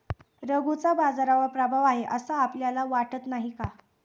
रघूचा बाजारावर प्रभाव आहे असं आपल्याला वाटत नाही का?